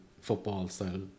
football-style